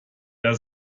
der